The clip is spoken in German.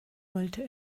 wollte